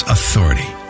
Authority